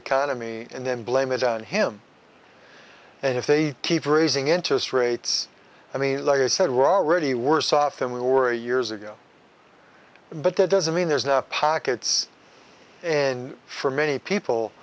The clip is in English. economy and then blame it on him and if they keep raising interest rates i mean like i said we're already worse off than we were years ago but that doesn't mean there's no pockets and for many people